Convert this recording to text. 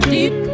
Deep